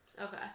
Okay